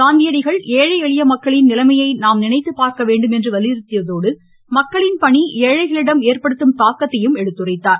காந்தியடிகள் ஏழை எளிய மக்களின் நிலைமையை நாம் நினைத்து பார்க்க வேண்டும் என்று வலியுறுத்தியதோடு மக்களின் பணி ஏழைகளிடம் ஏற்படுத்தும் தாக்கத்தையும் எடுத்துரைத்தார்